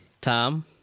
Tom